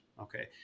okay